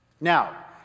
Now